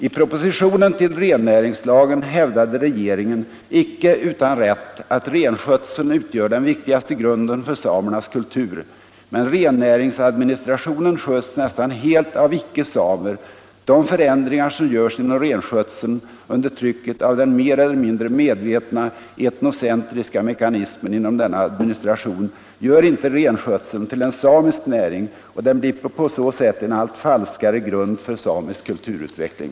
—-—- I propositionen till rennäringslagen hävdade regeringen icke utan rätt att renskötseln utgör den viktigaste grunden för samernas kultur. Men rennäringsadministrationen sköts nästan helt av icke samer. De förändringar som görs inom renskötseln under trycket av den mer eller mindre medvetna etnocentriska mekanismen inom denna administration gör inte renskötseln till en samisk näring och den blir på så sätt en allt falskare grund för samisk kulturutveckling.”